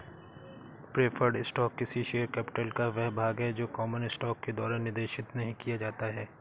preferred stock किसी share capital का वह भाग है जो कॉमन स्टॉक के द्वारा निर्देशित नहीं किया जाता है